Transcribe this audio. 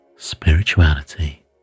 spirituality